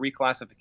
reclassification